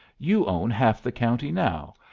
you own half the county now,